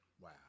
Wow